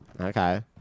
Okay